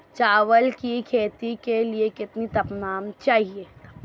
चावल की खेती के लिए कितना तापमान चाहिए?